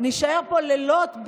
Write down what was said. נישאר פה לילות,